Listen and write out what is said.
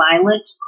violent